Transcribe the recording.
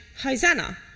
Hosanna